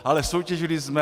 Ale soutěžili jsme.